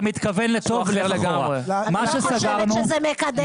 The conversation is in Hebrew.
אני לא חושבת שזה מה שמקדם אתכם,